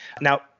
Now